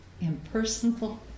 impersonal